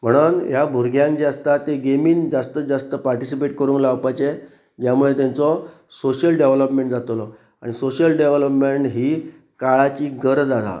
म्हणून ह्या भुरग्यांक जे आसता ते गेमीन जास्त जास्त पार्टिसिपेट करूंक लावपाचे ज्या मुळे तेंचो सोशियल डेवलोपमेंट जातलो आनी सोशयल डेवलोपमेंट ही काळाची गरज आसा